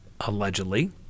allegedly